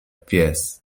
pies